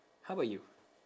how about you